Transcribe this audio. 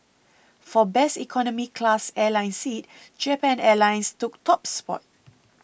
for best economy class airline seat Japan Airlines took top spot